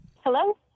Hello